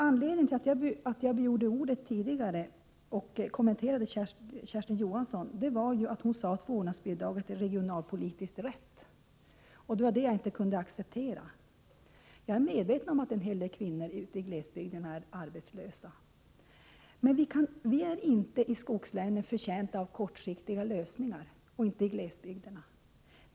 Anledningen till att jag begärde ordet tidigare och kommenterade vad Kersti Johansson sagt var att hon sade att vårdnadsbidraget är regionalpolitiskt rätt. Det var det jag inte kunde acceptera. Jag är medveten om att en hel del kvinnor ute i glesbygden är arbetslösa. Men vi är inte i skogslänen betjänta av kortsiktiga lösningar.